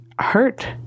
hurt